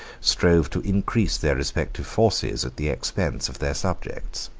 strove to increase their respective forces at the expense of their subjects.